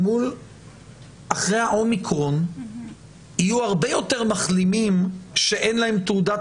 אחרי האומיקרון יהיו הרבה יותר מחלימים שאין להם תעודת